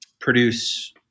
produce